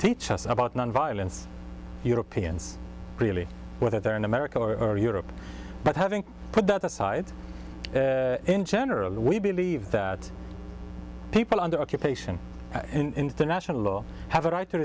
teach us about nonviolence europeans really whether they're in america or europe but having put that aside in general we believe that people under occupation international law have a right to